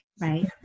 right